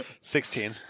Sixteen